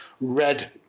red